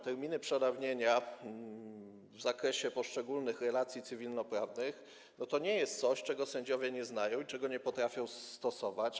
Terminy przedawnienia w zakresie poszczególnych relacji cywilnoprawnych to nie jest coś, czego sędziowie nie znają i czego nie potrafią stosować.